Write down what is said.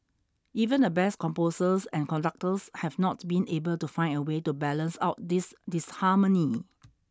even the best composers and conductors have not been able to find a way to balance out this disharmony